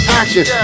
action